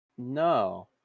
No